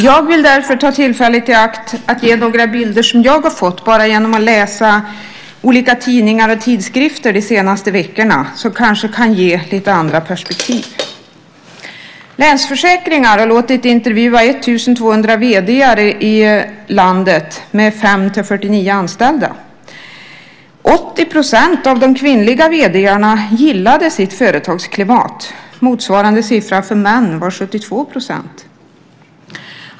Jag vill därför ta tillfället i akt att ge några bilder som jag har fått bara genom att läsa olika tidningar och tidskrifter de senaste veckorna, som kanske kan ge lite andra perspektiv. Länsförsäkringar har låtit intervjua 1 200 vd:ar i landet med 5-49 anställda. 80 % av de kvinnliga vd:arna gillade sitt företagsklimat. Motsvarande siffra för män var 72 %.